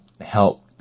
help